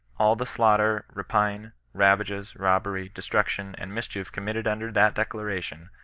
all the slaughter, rapine, ravages, robbery, destruction, and mischief committed under that declara tion,